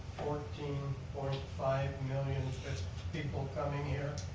fourteen, forty five million people coming here,